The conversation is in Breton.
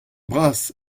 bras